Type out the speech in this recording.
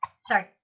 Sorry